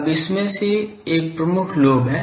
अब इसमें से एक प्रमुख लोब है